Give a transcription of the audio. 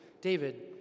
David